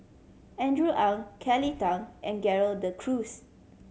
Andrew Ang Kelly Tang and Gerald De Cruz